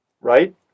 right